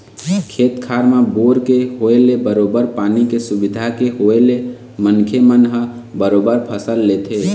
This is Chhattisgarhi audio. खेत खार म बोर के होय ले बरोबर पानी के सुबिधा के होय ले मनखे मन ह बरोबर फसल लेथे